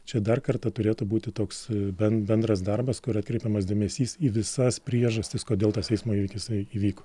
čia dar kartą turėtų būti toks ben bendras darbas kur atkreipiamas dėmesys į visas priežastis kodėl tas eismo įvykis įvyko